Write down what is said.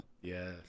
Yes